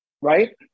right